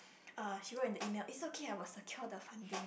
uh she wrote in the email it's okay I will secure the funding